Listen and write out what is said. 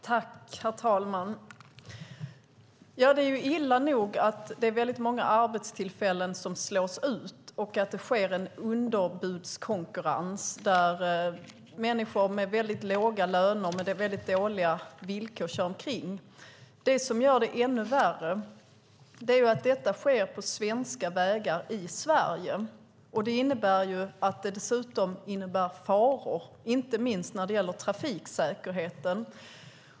Herr talman! Det är illa nog att många arbetstillfällen slås ut och att det sker en underbudskonkurrens där människor kör omkring med låga löner och dåliga villkor. Det som gör det ännu värre är att detta sker på svenska vägar i Sverige. Det innebär dessutom faror, inte minst när det gäller trafiksäkerheten.